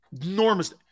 Enormous